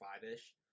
five-ish